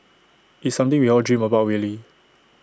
it's something we all dream about really